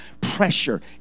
pressure